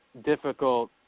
difficult